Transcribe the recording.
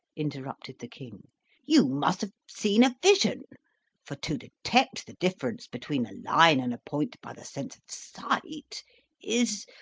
interrupted the king you must have seen a vision for to detect the difference between a line and a point by the sense of sight is,